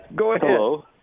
Hello